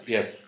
Yes